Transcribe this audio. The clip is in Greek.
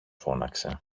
φώναξε